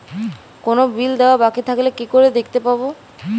কোনো বিল দেওয়া বাকী থাকলে কি করে দেখতে পাবো?